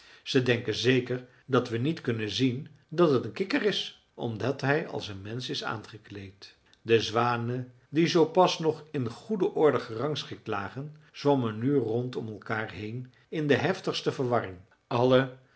ze denken zeker dat we niet kunnen zien dat het een kikker is omdat hij als een mensch is aangekleed de zwanen die zoo pas nog in goede orde gerangschikt lagen zwommen nu rond om elkaar heen in de heftigste verwarring alle